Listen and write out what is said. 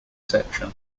section